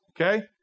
okay